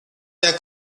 der